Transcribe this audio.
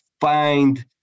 find